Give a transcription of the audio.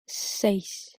seis